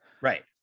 Right